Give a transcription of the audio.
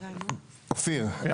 --- אופיר,